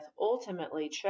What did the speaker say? ultimately